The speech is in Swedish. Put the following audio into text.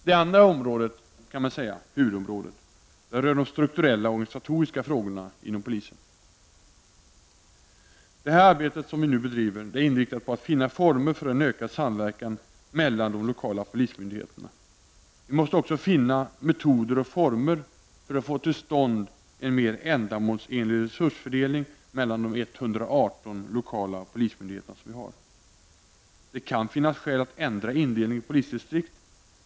Det andra huvudområdet rör strukturella och organisatoriska frågor inom polisen. Det arbete som vi nu bedriver är inriktat på att finna former för en ökad samverkan mellan de lokala polismyndigheterna. Vi måste också finna metoder och former för att få till stånd en mera ändamålsenlig resursfördelning mellan de 118 lokala polismyndigheterna. Det kan finnas skäl att ändra indelningen i polisdistrikt.